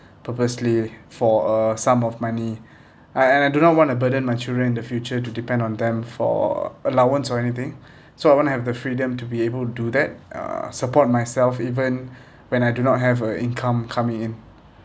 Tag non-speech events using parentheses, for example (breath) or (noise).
purposely for a sum of money I I do not want to burden my children in the future to depend on them for allowance or anything (breath) so I want to have the freedom to be able to do that uh support myself even (breath) when I do not have a income coming in